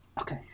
Okay